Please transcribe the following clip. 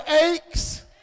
aches